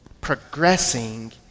progressing